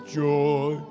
joy